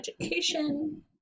education